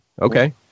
Okay